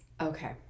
Okay